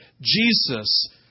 Jesus